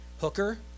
hooker